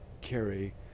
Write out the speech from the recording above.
carry